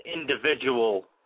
individual